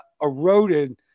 eroded